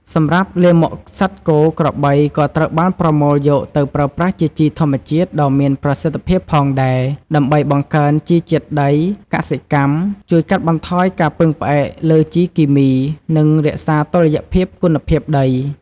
សម្រាប់លាមកសត្វគោក្របីក៏ត្រូវបានប្រមូលយកទៅប្រើប្រាស់ជាជីធម្មជាតិដ៏មានប្រសិទ្ធភាពផងដែរ ដើម្បីបង្កើនជីជាតិដីកសិកម្ម ជួយកាត់បន្ថយការពឹងផ្អែកលើជីគីមី និងរក្សាតុល្យភាពគុណភាពដី។